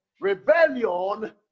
Rebellion